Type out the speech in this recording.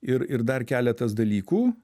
ir ir dar keletas dalykų